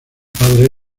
padre